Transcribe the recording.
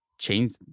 change